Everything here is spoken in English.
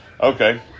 Okay